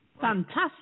Fantastic